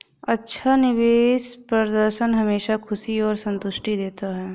अच्छा निवेश प्रदर्शन हमेशा खुशी और संतुष्टि देता है